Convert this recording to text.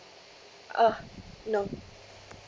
ugh no